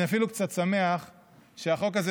אני אפילו קצת שמח שהחוק הזה,